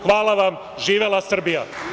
Hvala vam, živela Srbija.